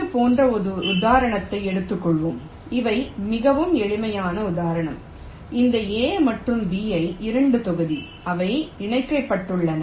இது போன்ற ஒரு உதாரணத்தை எடுத்துக்கொள்வோம் இவை மிகவும் எளிமையான உதாரணம் இந்த A மற்றும் B ஐ 2 தொகுதி அவை இணைக்கப்பட்டுள்ளன